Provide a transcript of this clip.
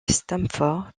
stamford